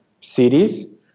cities